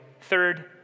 Third